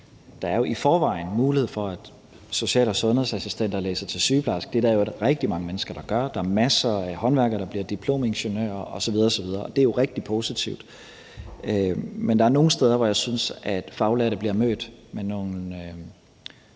Der er jo i forvejen mulighed for, at social- og sundhedsassistenter kan læse til sygeplejerske, og det er der i øvrigt rigtig mange mennesker, der gør. Der er masser af håndværkere, der bliver diplomingeniører osv. osv., og det er jo rigtig positivt. Men der er nogle steder, hvor jeg synes, at faglærte bliver mødt med nogle